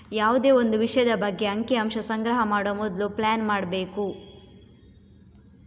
ಯಾವುದೇ ಒಂದು ವಿಷಯದ ಬಗ್ಗೆ ಅಂಕಿ ಅಂಶ ಸಂಗ್ರಹ ಮಾಡುವ ಮೊದ್ಲು ಪ್ಲಾನ್ ಮಾಡ್ಬೇಕು